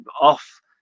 off